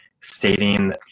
stating